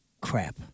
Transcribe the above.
crap